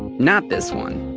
and not this one.